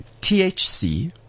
THC